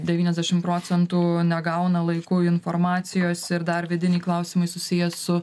devyniasdešim procentų negauna laiku informacijos ir dar vidiniai klausimai susiję su